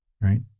right